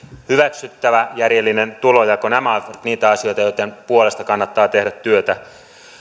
hyväksyttävä järjellinen tulonjako nämä ovat niitä asioita joitten puolesta kannattaa tehdä työtä